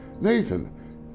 Nathan